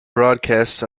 broadcasts